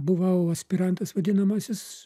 buvau aspirantas vadinamasis